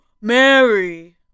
Mary